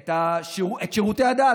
את שירותי הדת.